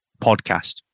podcast